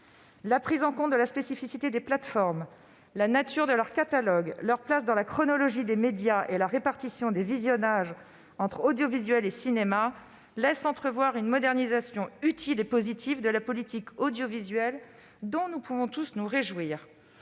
La prise en compte de la spécificité des plateformes, la nature de leurs catalogues, leur place dans la chronologie des médias et la répartition des visionnages entre audiovisuel et cinéma laissent entrevoir une modernisation utile et positive de la politique audiovisuelle, dont nous pouvons tous nous réjouir.